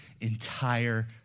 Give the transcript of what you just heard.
entire